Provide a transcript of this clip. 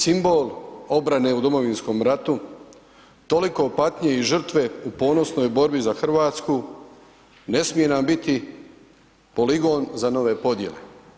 Simbol obrane u Domovinskom ratu, toliko patnje i žrtve u ponosnoj borbi za Hrvatsku, ne smije nam biti poligon za nove podjele.